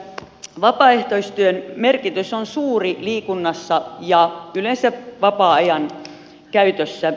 vapaaehtoistyön merkitys on suuri liikunnassa ja yleensä vapaa ajan käytössä